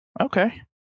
Okay